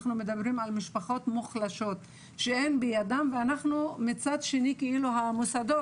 אנחנו מדברים על משפחות מוחלשות ומצד שני המוסדות,